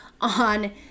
on